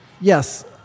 Yes